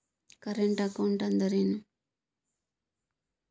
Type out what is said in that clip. Current account ಅಂದರೇನು?